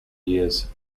years